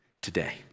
today